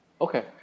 okay